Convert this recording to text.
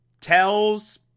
tells